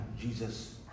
Jesus